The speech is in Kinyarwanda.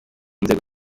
nzego